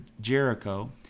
Jericho